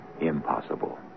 impossible